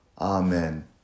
Amen